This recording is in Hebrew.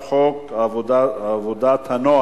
בעד,